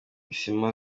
isima